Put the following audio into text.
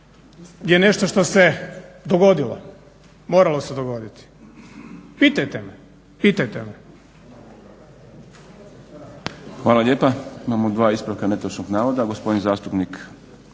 je nešto što se dogodilo, moralo se dogoditi. Pitajte me, pitajte me.